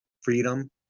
freedom